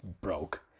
broke